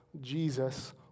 Jesus